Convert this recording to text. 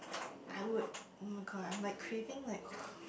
I would [oh]-my-god I'm like craving like